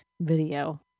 video